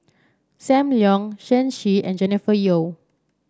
Sam Leong Shen Xi and Jennifer Yeo